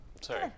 sorry